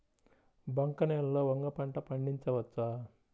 బంక నేలలో వంగ పంట పండించవచ్చా?